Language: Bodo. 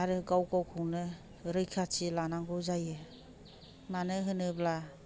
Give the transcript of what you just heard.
आरो गाव गावखौनो रैखाथि लानांगौ जायो मानो होनोब्ला